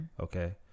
Okay